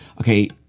Okay